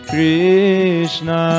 Krishna